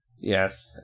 Yes